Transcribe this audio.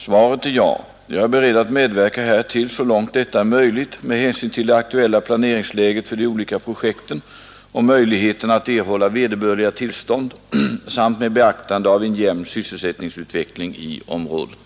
Svaret är ja, jag är beredd att medverka härtill så långt detta är möjligt med hänsyn till det aktuella planeringsläget för de olika projekten och möjligheterna att erhålla vederbörliga tillstånd samt med beaktande av en jämn sysselsättningsutveckling i området.